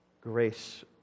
grace